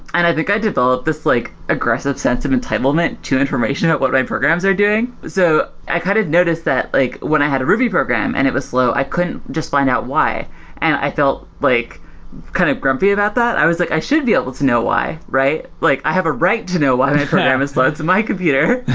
and i think i developed this like aggressive sense of entitlement to information on what my programs are doing. so i kind of noticed that like when i had a ruby program and it was slow, i couldn't just find out why and i felt like kind of grumpy about that. i was like, i should be able to know why, right? like i have a right to know what my program is slow. it's my computer.